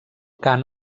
cant